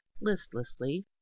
listlessly